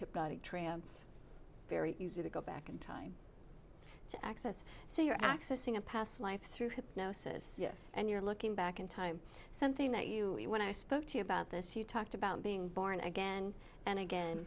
project trance very easy to go back in time to access so you're accessing a past life through hypnosis yes and you're looking back in time something that you when i spoke to you about this you talked about being born again and again